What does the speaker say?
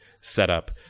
setup